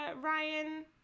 Ryan